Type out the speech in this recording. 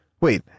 wait